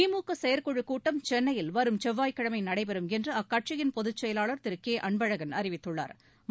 திமுக செயற்குழுக் கூட்டம் சென்னையில் வரும் செவ்வாய்க்கிழமை நடைபெறும் என்று அக்கட்சியின் பொதுச்செயலாளா் திரு கே அன்பழகன் அறிவித்துள்ளாா்